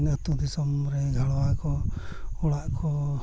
ᱟᱛᱳᱼᱫᱤᱥᱚᱢ ᱨᱮ ᱜᱷᱟᱲᱣᱟ ᱠᱚ ᱚᱲᱟᱜ ᱠᱚ